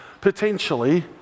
potentially